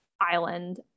island